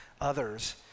others